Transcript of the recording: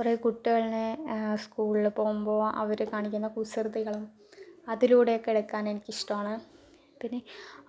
കുറേ കുട്ടികളെ സ്കൂളിൽ പോകുമ്പോൾ അവര് കാണിക്കുന്ന കുസൃതികള് അതിലൂടെ ഒക്കെ എടുക്കാൻ എനിക്ക് ഇഷ്ട്ടമാണ് പിന്നെ